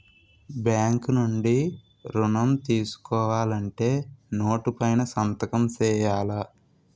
bank నుండి ఋణం తీసుకోవాలంటే నోటు పైన సంతకం సేయాల